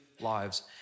lives